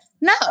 No